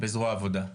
בזרוע עבודה,